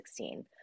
2016